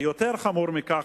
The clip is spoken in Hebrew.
יותר חמור מכך,